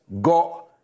got